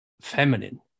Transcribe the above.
feminine